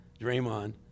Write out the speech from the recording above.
Draymond